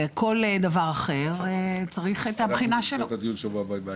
כל דבר אחר צריך את הבחינה שלו.